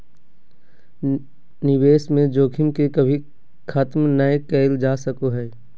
निवेश में जोखिम के कभी खत्म नय कइल जा सको हइ